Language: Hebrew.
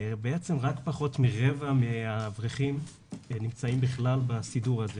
בעצם רק פחות מרבע מהאברכים נמצאים בכלל בסידור הזה,